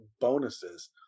bonuses